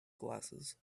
glasses